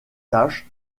tâches